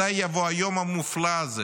מתי יבוא היום המופלא הזה